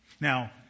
Now